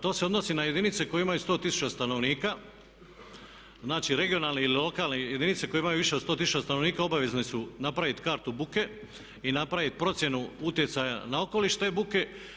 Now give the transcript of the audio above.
To se odnosi na jedinice koje imaju 100 tisuća stanovnika, znači regionalne ili lokalne jedinice koje imaju više od 100 tisuća stanovnika obavezne su napraviti kartu buke i napraviti procjenu utjecaja na okoliš te buke.